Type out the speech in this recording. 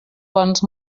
bons